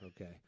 Okay